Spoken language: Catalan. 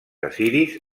assiris